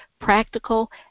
practical